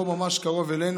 פה, ממש קרוב אלינו,